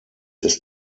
ist